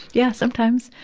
yeah, sometimes,